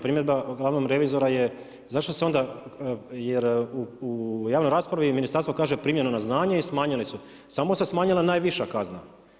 Primjedba glavnog revizora je zašto se onda, jer u javnoj raspravi ministarstvo kaže primljeno na znanje i smanjeni su, samo se smanjila najviša kazna.